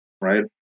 right